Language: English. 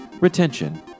Retention